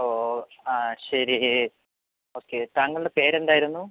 ഓ ആ ശരി ഓക്കെ താങ്കളുടെ പേര് എന്താരുന്നു